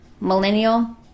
millennial